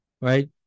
right